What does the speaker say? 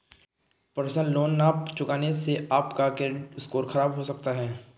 personal loan न चुकाने से आप का क्रेडिट स्कोर खराब हो सकता है